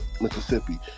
Mississippi